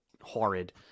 horrid